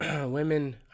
women